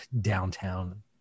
downtown